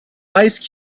ice